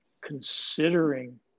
considering